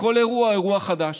וכל אירוע הוא אירוע חדש.